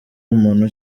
muntu